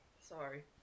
Sorry